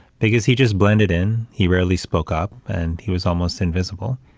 because he just blended in. he rarely spoke up and he was almost invisible.